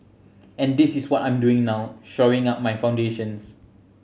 and this is what I'm doing now shoring up my foundations